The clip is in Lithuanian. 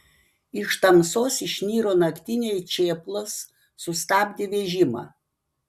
iš tamsos išniro naktiniai čėplos sustabdė vežimą